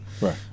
Right